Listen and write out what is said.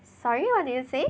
sorry what did you say